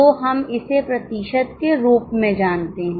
तो हम इसे प्रतिशत के रूप में जानते हैं